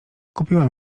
kupiłam